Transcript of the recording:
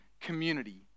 community